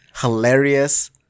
hilarious